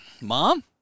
Mom